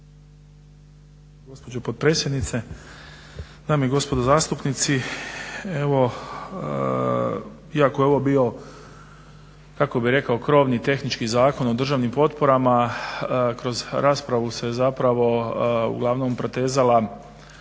gospođo potpredsjednice. Dame i gospodo zastupnici. Evo iako je ovo bio kako bih rekao krovni tehnički Zakon o državnim potporama, kroz raspravu se zapravo uglavnom protezala